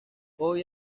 hoy